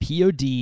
Pod